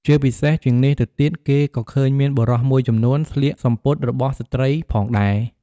ជាពិសេសជាងនេះទៅទៀតគេក៏ឃើញមានបុរសមួយចំនួនស្លៀកសំពត់របស់ស្រ្តីផងដែរ។